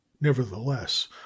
nevertheless